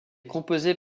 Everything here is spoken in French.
composée